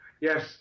Yes